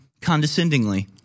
condescendingly